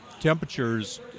temperatures